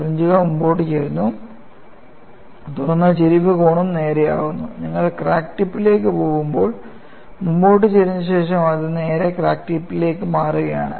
ഫ്രിഞ്ച്കൾ മുന്നോട്ട് ചരിഞ്ഞു തുടർന്ന് ചരിവ് കോണും നേരെയാകുന്നു നിങ്ങൾ ക്രാക്ക് ടിപ്പിലേക്ക് പോകുമ്പോൾ മുന്നോട്ട് ചരിഞ്ഞ ശേഷം അത് നേരെ ക്രാക്ക് ടിപ്പിലേക്ക് മാറുകയാണ്